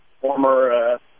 Former